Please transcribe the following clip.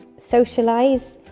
socialise.